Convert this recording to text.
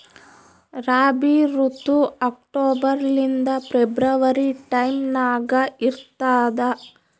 ರಾಬಿ ಋತು ಅಕ್ಟೋಬರ್ ಲಿಂದ February time ನಾಗ ಇರ್ತದ